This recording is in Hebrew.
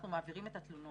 אנחנו מעבירים את התלונות.